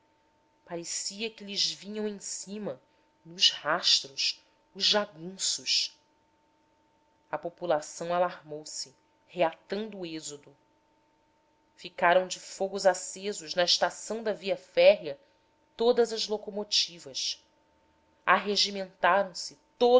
parecia que lhes vinham em cima nos rastros os jagunços a população alarmou se reatando o êxodo ficaram de fogos acesos na estação da via férrea todas as locomotivas arregimentaram se